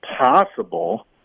possible